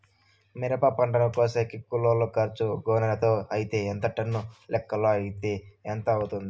మిరప పంటను కోసేకి కూలోల్ల ఖర్చు గోనెలతో అయితే ఎంత టన్నుల లెక్కలో అయితే ఎంత అవుతుంది?